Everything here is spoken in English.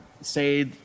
say –